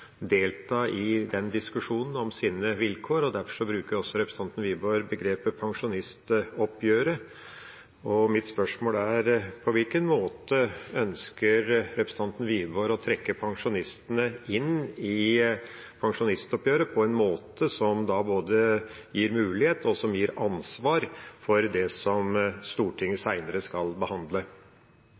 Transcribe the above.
delta i diskusjonen om sine vilkår, og derfor bruker også representanten Wiborg begrepet pensjonistoppgjøret. Mitt spørsmål er: På hvilken måte ønsker representanten Wiborg å trekke pensjonistene inn i pensjonistoppgjøret på en måte som både gir mulighet og gir ansvar for det som Stortinget seinere skal behandle?